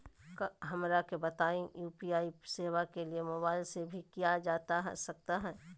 हमरा के बताइए यू.पी.आई सेवा के लिए मोबाइल से भी किया जा सकता है?